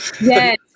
Yes